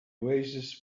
oasis